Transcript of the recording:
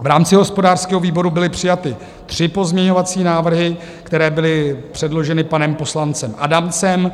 V rámci hospodářského výboru byly přijaty tři pozměňovací návrhy, které byly předloženy panem poslancem Adamcem.